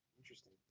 interesting